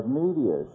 media